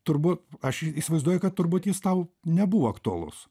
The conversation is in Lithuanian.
turbūt aš įsivaizduoju kad turbūt jis tau nebuvo aktualus